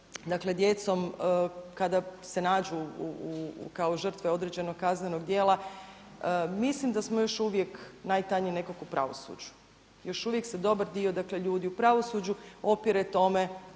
bave djecom kada se nađu kao žrtve određenog kaznenog djela. Mislim da smo još uvijek najtanji nekako u pravosuđu, još uvijek se dobar dio ljudi u pravosuđu opire tome